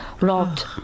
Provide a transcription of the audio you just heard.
robbed